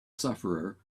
sufferer